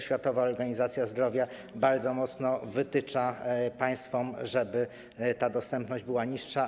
Światowa Organizacja Zdrowia bardzo mocno wytycza państwom, żeby ta dostępność była niższa.